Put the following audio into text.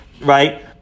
right